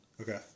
okay